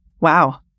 Wow